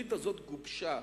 התוכנית הזאת גובשה